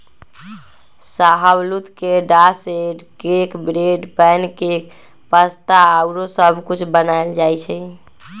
शाहबलूत के टा से cake, bread, pancake, pasta आउरो सब कुछ बनायल जाइ छइ